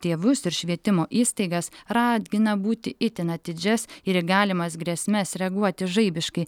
tėvus ir švietimo įstaigas ragina būti itin atidžias ir į galimas grėsmes reaguoti žaibiškai